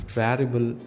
variable